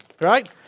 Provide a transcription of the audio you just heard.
right